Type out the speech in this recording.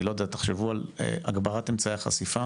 אני לא יודע, תחשבו על הגברת אמצעי החשיפה